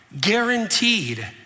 Guaranteed